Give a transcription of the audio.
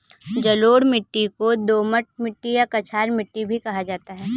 जलोढ़ मिट्टी को दोमट मिट्टी या कछार मिट्टी भी कहा जाता है